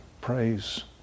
praise